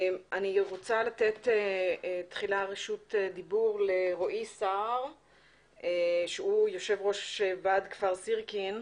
אני רוצה לתת תחילה רשות דיבור לרועי סער שהוא יושב-ראש ועד כפר סירקין,